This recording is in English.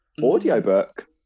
Audiobook